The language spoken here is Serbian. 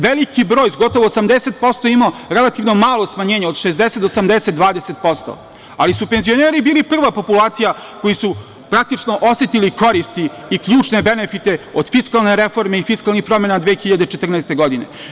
Veliki broj, gotovo 80% je imao relativno malo smanjenje, od 60 do 80, 20%, ali su penzioneri bili prva populacija koji su praktično osetili koristi i ključne benefite od fiskalne reforme i fiskalnih promena 2014. godine.